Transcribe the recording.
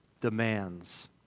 demands